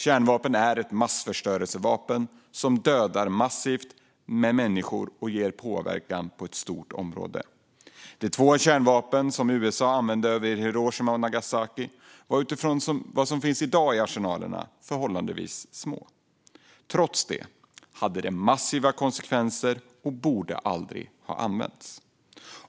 Kärnvapen är massförstörelsevapen som dödar massor av människor och ger påverkan på ett stort område. De två kärnvapen som USA använde över Hiroshima och Nagasaki var, utifrån vad som finns i dag i arsenalerna, förhållandevis små. Trots det fick de massiva konsekvenser och borde aldrig ha använts.